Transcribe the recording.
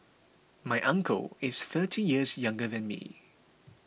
my uncle is thirty years younger than me